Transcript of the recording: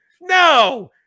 no